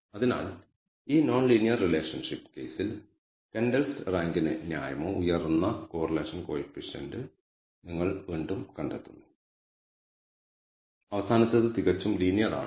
അതിനാൽ ഈ non linear relationship കേസിൽ കെൻഡൽസ് റാങ്കിന് ന്യായമായ ഉയർന്ന കോറിലേഷൻ കോയിഫിഷ്യന്റ് നിങ്ങൾ വീണ്ടും കണ്ടെത്തുന്നു അവസാനത്തേത് തികച്ചും ലീനിയർ ആണ്